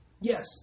Yes